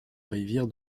rivière